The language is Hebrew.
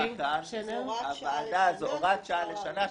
בחוק, זאת הוראת שעה לשנה.